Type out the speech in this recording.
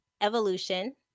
evolution